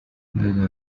desde